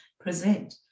present